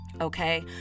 Okay